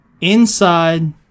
Inside